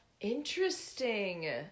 Interesting